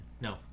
No